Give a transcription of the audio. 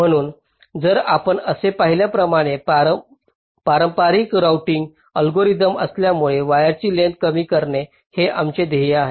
म्हणूनच जसे आपण आधी पाहिल्याप्रमाणे पारंपारिक राउटिंग अल्गोरिदम असल्यामुळे वायर्सची लेंग्थस कमी करणे हे आमचे ध्येय आहे